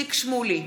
איציק שמולי,